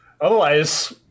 otherwise